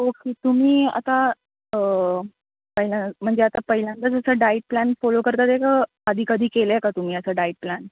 okay तुम्ही आता पहिल्या म्हणजे आता पहिल्यांदा जसं डाईट प्लॅन फॉलो करत आहेत का आधी कधी केलं आहे का तुम्ही असं डाईट प्लॅन